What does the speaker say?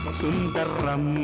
sundaram